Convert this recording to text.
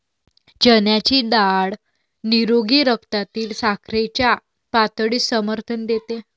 चण्याची डाळ निरोगी रक्तातील साखरेच्या पातळीस समर्थन देते